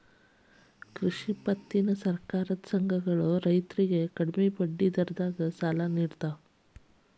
ಕೃಷಿ ಪತ್ತಿನ ಸಹಕಾರ ಸಂಘಗಳ ರೈತರಿಗೆ ಕಡಿಮೆ ಬಡ್ಡಿ ದರದ ಸಾಲ ನಿಡುತ್ತವೆ